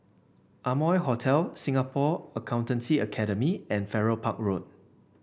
Amoy Hotel Singapore Accountancy Academy and Farrer Park Road